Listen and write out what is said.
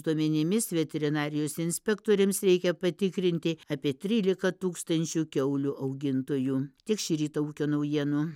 duomenimis veterinarijos inspektoriams reikia patikrinti apie tryliką tūkstančių kiaulių augintojų tiek šį rytą ūkio naujienų